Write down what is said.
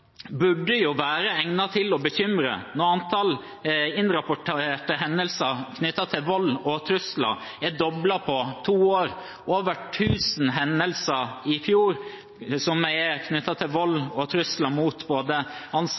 burde være egnet til å bekymre – når antall innrapporterte hendelser knyttet til vold og trusler er doblet på to år, over tusen hendelser i fjor knyttet til vold og trusler mot både